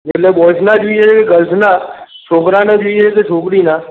અને બોય્સમાં જોઈએ કે ગર્લ્સમાં છોકરાને જોઈએ કે છોકરીના